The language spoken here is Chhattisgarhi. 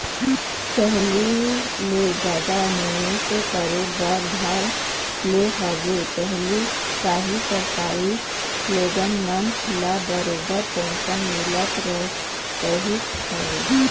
पहिली ले जादा निवेश करे बर धर ले हवय पहिली काहे सरकारी लोगन मन ल बरोबर पेंशन मिलत रहिस हवय